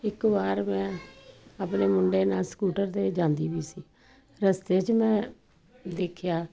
ਇੱਕ ਵਾਰ ਮੈਂ ਆਪਣੇ ਮੁੰਡੇ ਨਾਲ ਸਕੂਟਰ 'ਤੇ ਜਾਂਦੀ ਵੀ ਸੀ ਰਸਤੇ 'ਚ ਮੈਂ ਦੇਖਿਆ